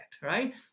right